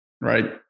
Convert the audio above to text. Right